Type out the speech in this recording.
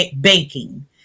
baking